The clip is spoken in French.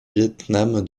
vietnam